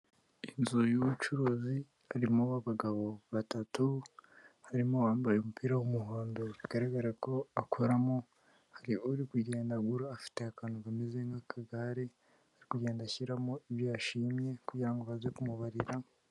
Inzu y'ubucuruzi irimo abagabo batatu, harimo uwambaye umupira w'umuhondo bigaragara ko akoramo, hari uri kugenda agura afite akantu kameze nk'akagare, ari kugenda ashyiramo ibyo yashimye kugira ngo baze kumubarira.